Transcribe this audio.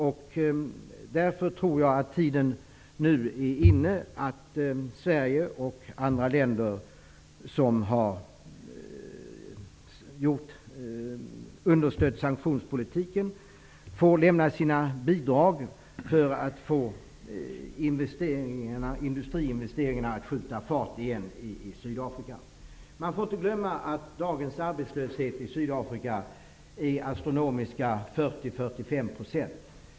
Jag tror att tiden nu är inne att Sverige och andra länder som har stött sanktionspolitiken lämnar sina bidrag för att få industriinvesteringarna att skjuta fart igen i Sydafrika. Man får inte glömma att dagens arbetslöshet i Sydafrika är astronomiska 40--45 %.